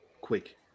quick